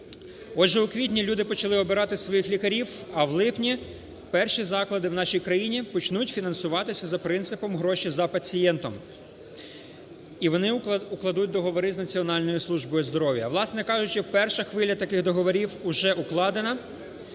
Отже, у квітні люди почали обирати своїх лікарів, а в липні перші заклади в нашій країні почнуть фінансуватися за принципом "гроші за пацієнтом", і вони укладуть договори з Національною службою здоров'я. Власне кажучи, перша хвиля таких договорів уже укладена.